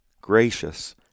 gracious